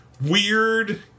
weird